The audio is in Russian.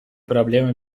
проблемы